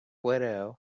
widow